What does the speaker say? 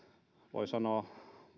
voi sanoa